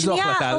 איזו החלטה?